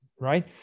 Right